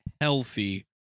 healthy